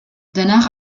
danach